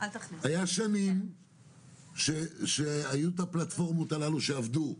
היו שנים שהיו את הפלטפורמות הללו שעבדו,